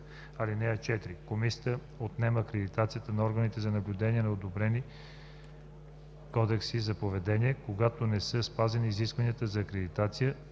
(4) Комисията отнема акредитацията на орган за наблюдение на одобрени кодекси за поведение, когато не са спазени изискванията за акредитация,